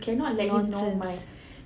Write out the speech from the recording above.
nonsense